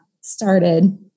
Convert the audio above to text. started